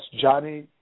Johnny